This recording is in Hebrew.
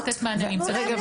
רגע,